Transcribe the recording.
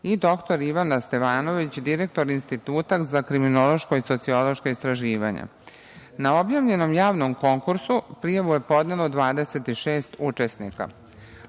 i dr Ivana Stevanović, direktor Instituta za kriminološka i sociološka istraživanja. Na objavljenom javnom konkursu prijavu je podnelo 26 učesnika.